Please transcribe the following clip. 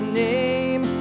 name